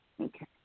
Okay